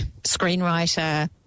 screenwriter